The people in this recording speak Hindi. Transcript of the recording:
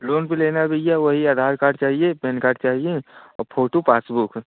लोन पर लेना है भैया वहीं आधार कार्ड चाहिए पैन कार्ड चाहिए और फ़ोटो पासबुक